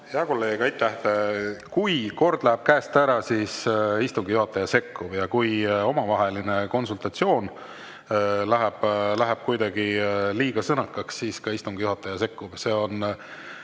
Hea kolleeg, aitäh! Kui kord läheb käest ära, siis istungi juhataja sekkub. Kui omavaheline konsultatsioon läheb kuidagi liiga sõnakaks, siis ka istungi juhataja sekkub. See on